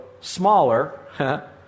smaller